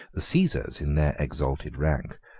the caesars, in their exalted rank,